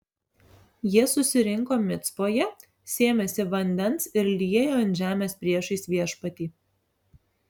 jie susirinko micpoje sėmėsi vandens ir liejo ant žemės priešais viešpatį